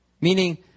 Meaning